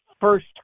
first